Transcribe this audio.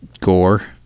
gore